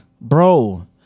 bro